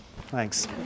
Thanks